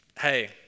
Hey